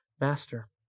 master